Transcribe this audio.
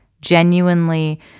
genuinely